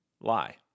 Lie